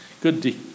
Good